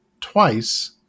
twice